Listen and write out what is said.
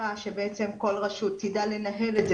ובשאיפה שבעצם כל רשות תדע לנהל את זה